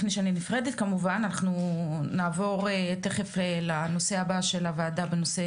לפני שאני נפרדת כמובן אנחנו נעבור תיכף לנושא הבא של הוועדה בנושא